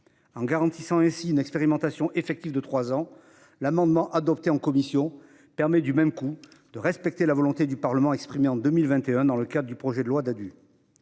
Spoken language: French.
En garantissant une expérimentation effective de trois ans, l'amendement adopté en commission permet, du même coup, de respecter la volonté du Parlement exprimée en 2021 dans le cadre du projet de loi portant